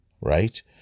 right